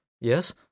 Yes